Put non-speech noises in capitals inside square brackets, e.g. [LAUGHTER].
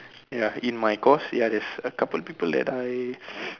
ya in my course ya there's a couple of people that I [NOISE]